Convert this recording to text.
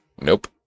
Nope